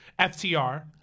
FTR